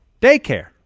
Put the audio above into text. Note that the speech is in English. daycare